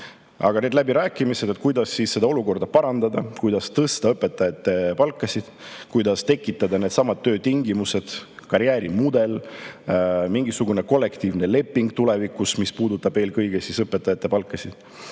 Aga need läbirääkimised, kuidas seda olukorda parandada, kuidas tõsta õpetajate palkasid, kuidas tekitada needsamad töötingimused, karjäärimudel, mingisugune kollektiivne leping tulevikus, mis puudutab eelkõige õpetajate palkasid